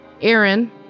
Aaron